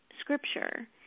Scripture